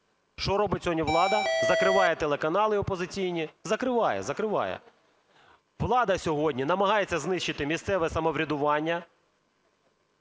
Що робить сьогодні влада? Закриває телеканали опозиційні. Закриває, закриває. Влада сьогодні намагається знищити місцеве самоврядування.